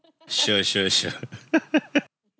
sure sure sure